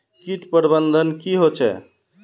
किट प्रबन्धन की होचे?